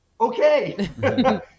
okay